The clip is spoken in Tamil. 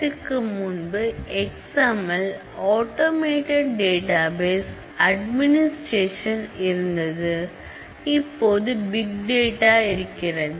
2000 முன்பு X M L automated database administration இருந்தது இப்போது பிக் டேட்டா இருக்கிறது